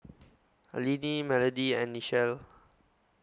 Linnie Melody and Nichelle